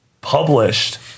Published